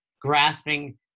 grasping